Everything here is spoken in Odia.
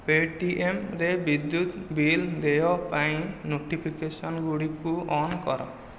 ପେଟିଏମ୍ ରେ ବିଦ୍ୟୁତ୍ ବିଲ୍ ଦେୟ ପାଇଁ ନୋଟିଫିକେସନ୍ ଗୁଡ଼ିକୁ ଅନ୍ କର